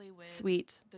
sweet